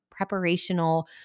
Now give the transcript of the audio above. preparational